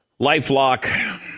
LifeLock